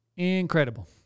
Incredible